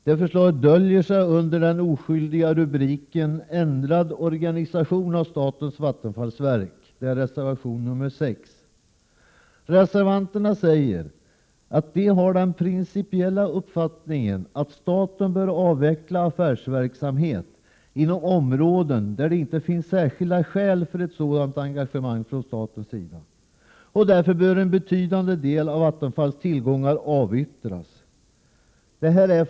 Detta förslag döljs under den oskyldiga rubriken Ändrad organisation av statens vattenfallsverk. Det återfinns i reservation 6. Reservanterna säger att de har den principiella uppfattningen att staten bör avveckla affärsverksamhet i de fall inte särskilda skäl för ett sådant engagemang från statens sida föreligger. Därför bör en betydande del av Vattenfalls tillgångar avyttras, säger de.